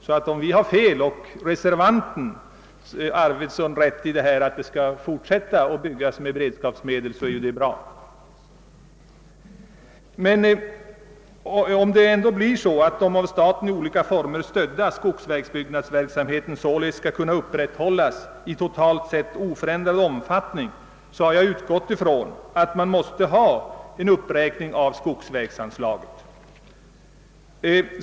Om vi alltså har fel och herr Arweson — som är en av reservanterna — har rätt i att man skall fortsätta att bygga med beredskapsmedel är det ju bra. Om den av staten i olika former stödda skogsvägbyggnadsverksamheten således skall upprätthållas totalt sett i oförändrad omfattning har jag utgått från att skogsvägsanslaget måste uppräknas.